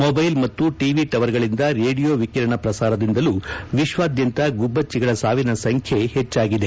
mobile ಮತ್ತು ಟವಿ ಟವರ್ಗಳಿಂದ ರೇಡಿಯೋ ವಿಕೀರಣ ಪ್ರಸಾರದಿಂದಲೂ ವಿಶ್ವಾದ್ಯಂತ ಗುಬ್ಲಚ್ಚಿಗಳ ಸಾವಿನ ಸಂಖ್ಯೆ ಹೆಚ್ಚಾಗಿದೆ